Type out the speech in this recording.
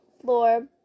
floor